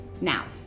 Now